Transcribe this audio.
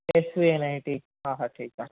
S U N I T हा हा ठीकु आहे